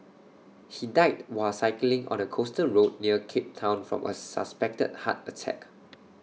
he died while cycling on A coastal road near cape Town from A suspected heart attack